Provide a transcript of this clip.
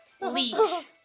leash